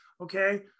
Okay